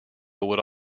would